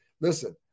listen